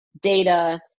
data